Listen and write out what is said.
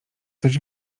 coś